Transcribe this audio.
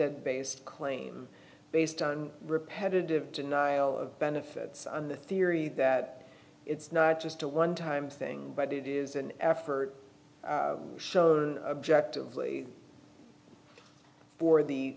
step based claim based on repetitive denial of benefits on the theory that it's not just a one time thing but it is an effort showed an objectively for